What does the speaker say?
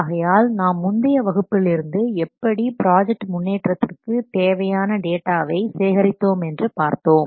ஆகையால் நாம் முந்தைய வகுப்பிலிருந்து எப்படி ப்ராஜெக்ட் முன்னேற்றத்திற்கு தேவையான டேட்டாவை சேகரித்தோமென்று பார்த்தோம்